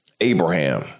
Abraham